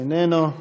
איננו,